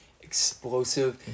explosive